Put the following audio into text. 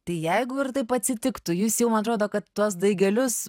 tai jeigu ir taip atsitiktų jūs jau man rodo kad tuos daigelius